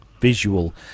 visual